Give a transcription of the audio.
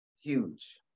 huge